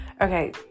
Okay